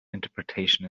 interpretation